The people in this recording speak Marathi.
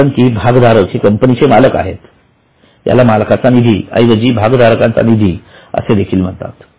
कारण की भागधारक हे कंपनीचे मालक असतात याला मालकाचा निधी ऐवजी धारकांचा निधी असे देखील म्हणतात